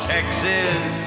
Texas